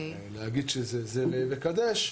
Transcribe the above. להגיד שזה ראה וקדש?